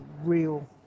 real